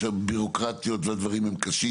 שבירוקרטיות הן קשות,